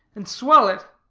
and swell it.